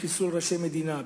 בחיסול ראשי מדינה,